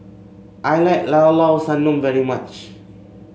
I like Llao Llao Sanum very much